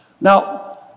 Now